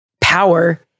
power